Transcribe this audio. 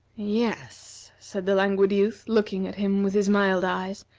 yes, said the languid youth, looking at him with his mild eyes,